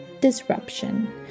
disruption